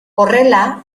horrela